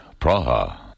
Praha